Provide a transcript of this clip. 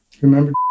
Remember